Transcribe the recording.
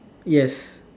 yes